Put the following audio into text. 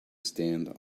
stand